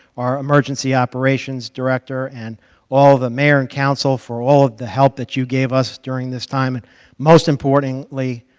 our emergency operations director, and all of the mayor and council for all of the help that you gave us during this time, and most importantly,